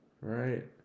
Right